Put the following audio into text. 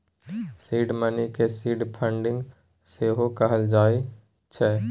seed money केँ seed funding सेहो कहल जाइ छै